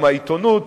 אם העיתונות,